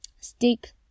stick